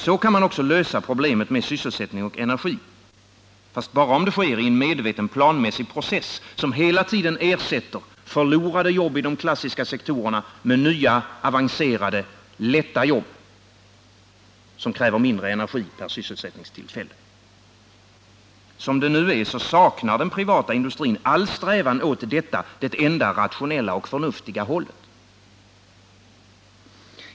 Så kan man lösa även problemet med sysselsättning och energi — fast bara om det sker i en medveten planmässig process, som hela tiden ersätter förlorade jobbii de klassiska sektorerna med nya, avancerade och lätta jobb som kräver mindre energi per sysselsättningstillfälle. Som det är nu saknar den privata industrin all strävan åt detta det enda rationella och förnuftiga hållet.